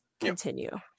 continue